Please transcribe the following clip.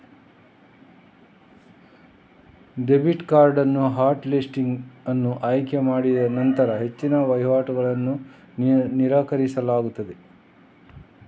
debit card hot listing ಅನ್ನು ಆಯ್ಕೆ ಮಾಡಿನಂತರ ಹೆಚ್ಚಿನ ವಹಿವಾಟುಗಳನ್ನು ನಿರಾಕರಿಸಲಾಗುತ್ತದೆ